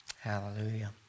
Hallelujah